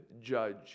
judge